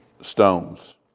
stones